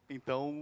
Então